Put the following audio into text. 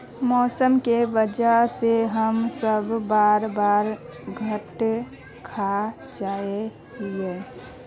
मौसम के वजह से हम सब बार बार घटा खा जाए हीये?